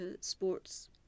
sports